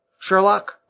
Sherlock